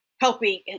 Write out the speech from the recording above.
helping